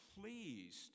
pleased